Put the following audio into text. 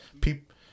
People